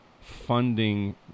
funding